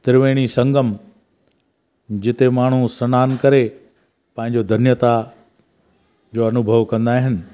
त्रिवेणी संगम जिते माण्हू सनानु करे पंहिंजो धन्यता जो अनुभव कंदा आहिनि